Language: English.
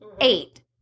eight